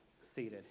seated